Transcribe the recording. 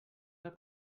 del